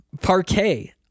Parquet